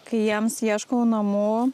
kai jiems ieškau namų